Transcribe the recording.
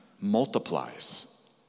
multiplies